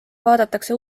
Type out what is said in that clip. vaadatakse